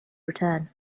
return